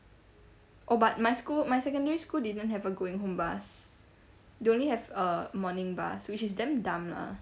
oh but my school my secondary school didn't have a going home bus they only have uh morning bus which is damn dumb ah